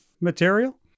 material